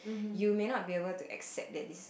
you may not be able to accept that is